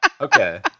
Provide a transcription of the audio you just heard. Okay